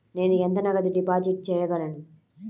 నేను ఎంత నగదు డిపాజిట్ చేయగలను?